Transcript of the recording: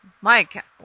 Mike